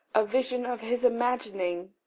a vision of his imagining,